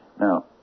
Now